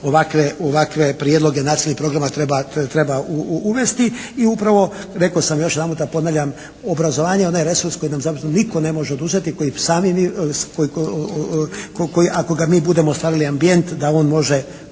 ovakve prijedloge nacionalnih programa treba uvesti i upravo rekao sam još jedan puta ponavljam obrazovanje je onaj resurs koji nam zapravo nitko ne može oduzeti, koji sami mi, koji ako ga mi budemo stvarali ambijent da on može